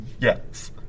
Yes